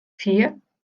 vier